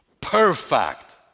perfect